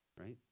right